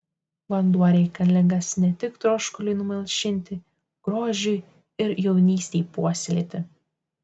vanduo reikalingas ne tik troškuliui numalšinti grožiui ir jaunystei puoselėti